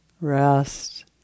Rest